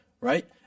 right